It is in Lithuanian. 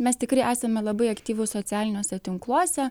mes tikrai esame labai aktyvūs socialiniuose tinkluose